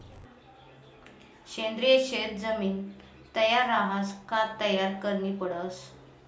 सेंद्रिय शेत जमीन तयार रहास का तयार करनी पडस